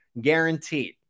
guaranteed